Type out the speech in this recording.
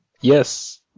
Yes